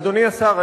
אדוני השר,